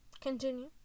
continue